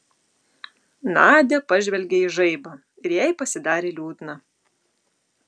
nadia pažvelgė į žaibą ir jai pasidarė liūdna